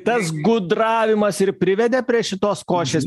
tas gudravimas ir privedė prie šitos košės